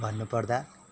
भन्नु पर्दा